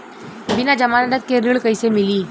बिना जमानत के ऋण कईसे मिली?